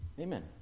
Amen